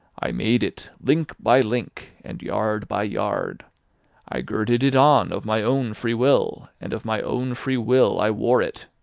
i made it link by link, and yard by yard i girded it on of my own free will, and of my own free will i wore it.